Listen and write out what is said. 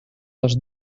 les